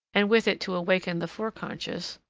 and with it to awaken the foreconscious,